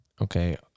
Okay